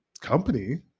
company